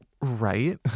right